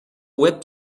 web